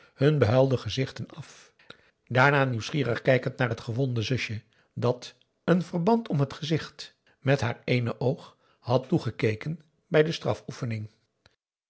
hun behuilde gezichten af daarna nieuwsgierig kijkend naar het gewonde zusje dat een verband om het gezicht met haar ééne oog had toegekeken bij de